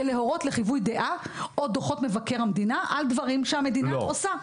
זה להורות לחיווי דעה או דוחות מבקר המדינה על דברים שהמדינה עושה.